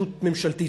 רשות ממשלתית,